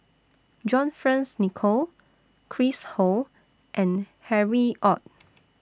John Fearns Nicoll Chris Ho and Harry ORD